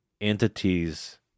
entities